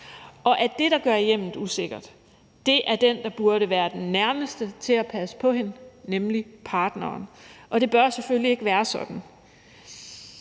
og at den, der gør hjemmet usikkert, er den, der burde være den nærmeste til at passe på kvinden, nemlig partneren, og det bør selvfølgelig ikke være sådan.